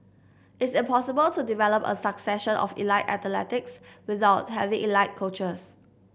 it's impossible to develop a succession of elite athletes without having elite coaches